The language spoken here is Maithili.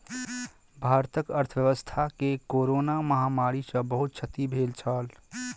भारतक अर्थव्यवस्था के कोरोना महामारी सॅ बहुत क्षति भेल छल